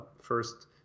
first